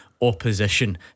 opposition